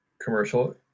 commercial